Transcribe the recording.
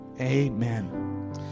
Amen